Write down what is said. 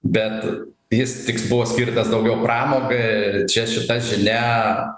bet jis tik buvo skirtas daugiau pramogai ir čia šita žinia